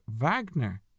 Wagner